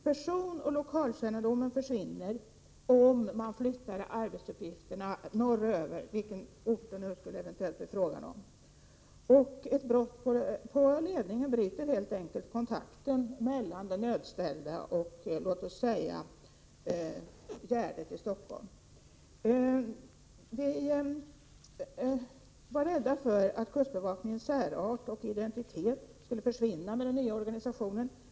Personoch lokalkännedom försvinner också om man flyttar arbetsuppgifterna norröver till vilken ort det nu skulle bli fråga om. Och ett brott på ledningen bryter helt enkelt kontakten mellan den nödställde och — låt oss säga — Gärdet i Stockholm. Vi var rädda för att kustbevakningens särart och identitet skulle försvinna med den nya organisationen.